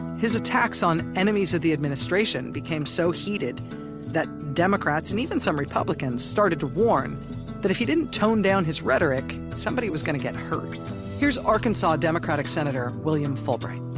his attacks on enemies of the administration became so heated that democrats and even some republicans started to warn that if he didn't tone down his rhetoric, somebody was going to get hurt here's arkansas democratic senator william fulbright